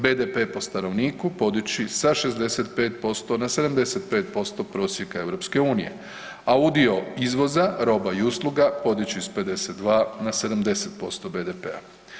BDP po stanovniku podići sa 65% na 75% prosjeka EU-a a udio izvoza roba i usluga podići sa 52 na 70% BDP-a.